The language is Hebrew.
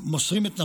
מוסרים את נפשם,